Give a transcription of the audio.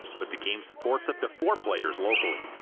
but the game supports up to four players locally.